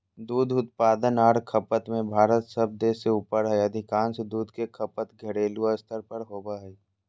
दूध उत्पादन आर खपत में भारत सब देश से ऊपर हई अधिकांश दूध के खपत घरेलू स्तर पर होवई हई